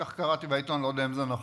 כך קראתי בעיתון, אני לא יודע אם זה נכון,